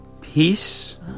Peace